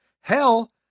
hell